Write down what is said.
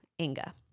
Inga